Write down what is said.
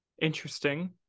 interesting